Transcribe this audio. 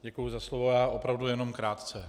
Děkuji za slovo, opravdu jenom krátce.